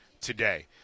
today